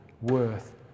worth